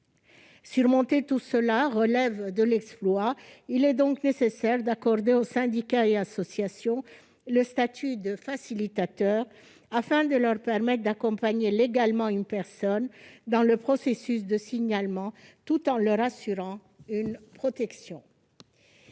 Surmonter ces difficultés relève de l'exploit. Il est donc nécessaire d'accorder aux syndicats et associations le statut de facilitateur, afin de leur permettre d'accompagner légalement une personne dans le processus de signalement, tout en leur garantissant une protection.